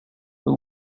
who